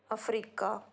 Africa